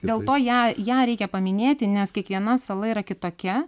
dėl to ją ją reikia paminėti nes kiekviena sala yra kitokia